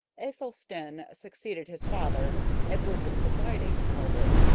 athelstan succeeded his father, edward the presiding elder,